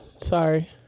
sorry